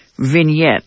vignette